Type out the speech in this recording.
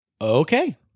okay